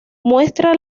muestra